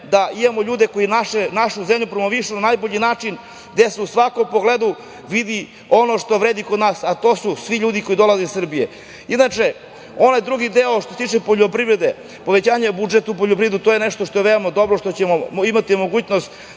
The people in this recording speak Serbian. da imamo ljude koji našu zemlju promovišu na najbolji način, gde se u svakom pogledu vidi ono što vredi kod nas, a to su svi ljudi koji dolaze iz Srbije. Onaj drugi deo koji se tiče poljoprivrede, povećanje budžeta u poljoprivredi, to je nešto što je veoma dobro i što ćemo imati mogućnost